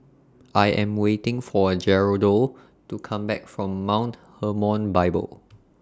I Am waiting For A Geraldo to Come Back from Mount Hermon Bible